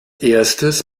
erstes